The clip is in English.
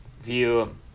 view